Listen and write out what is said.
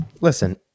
Listen